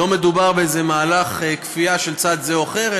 לא מדובר במהלך כפייה של צד כזה או אחר,